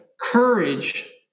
courage